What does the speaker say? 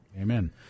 Amen